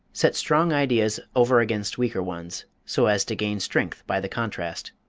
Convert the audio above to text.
set strong ideas over against weaker ones, so as to gain strength by the contrast.